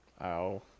Ow